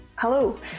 Hello